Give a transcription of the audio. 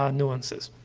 um nuances.